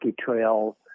trails